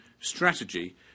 strategy